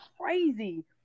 crazy